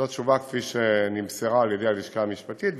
זו התשובה כפי שנמסרה על-ידי הלשכה המשפטית,